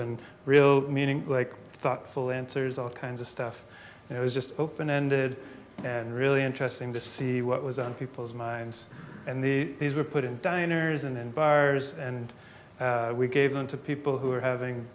and real meaning thoughtful answers all kinds of stuff and it was just open ended and really interesting to see what was on people's minds and the these were put in diners and bars and we gave them to people who were having